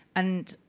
and